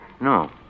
No